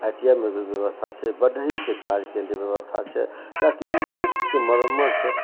I T I मे भी व्यवस्था छै बढ़िके काजके लेल व्यवस्था छै या फेर कोनो चीजके मरम्मत छै